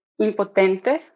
impotente